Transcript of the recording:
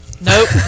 Nope